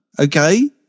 okay